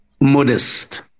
modest